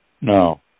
No